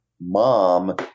Mom